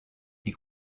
des